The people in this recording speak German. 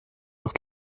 noch